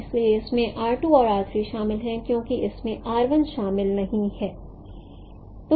इसलिए इसमें r 2 और r 3 शामिल हैं क्योंकि इसमें r 1 शामिल नहीं है